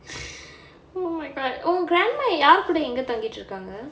O_M_G உன்:un grandma யாருக்கூட எங்கே தங்கிட்டு இருந்தாங்க:yaarukkuda engae thangittu iruthaanga